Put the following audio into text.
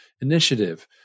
initiative